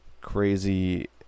crazy